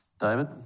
David